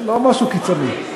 לא משהו קיצוני.